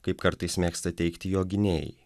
kaip kartais mėgsta teigti jo gynėjai